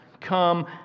come